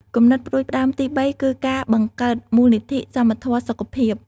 គំនិតផ្តួចផ្តើមទីបីគឺការបង្កើតមូលនិធិសមធម៌សុខភាព។